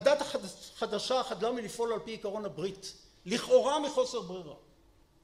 הדת החדשה חדלה מלפעולה על פי עקרון הברית, לכאורה מחוסר ברירה.